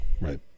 Right